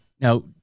now